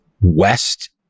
west